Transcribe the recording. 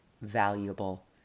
valuable